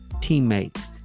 teammates